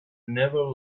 never